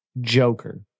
Joker